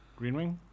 Greenwing